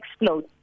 explode